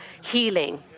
healing